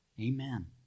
Amen